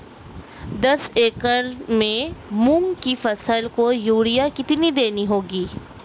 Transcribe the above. दस एकड़ में मूंग की फसल को यूरिया कितनी देनी होगी?